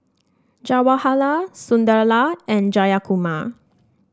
Jawaharlal Sunderlal and Jayakumar